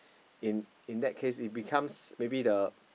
in in that case it becomes maybe the